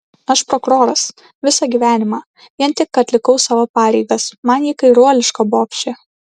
aš prokuroras visą gyvenimą vien tik atlikau savo pareigas man ji kairuoliška bobšė